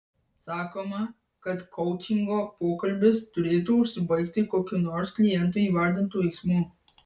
sakoma kad koučingo pokalbis turėtų užsibaigti kokiu nors kliento įvardintu veiksmu